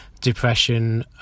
depression